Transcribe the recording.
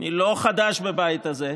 אני לא חדש בבית הזה,